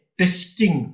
testing